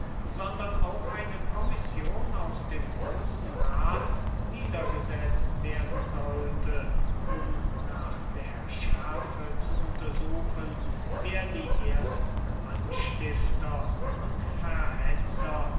sondern auch eine commission aus dem großen rat niedergesetzt werden sollte um nach der schärfe zu untersuchen wer die ersten anstifter und